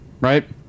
right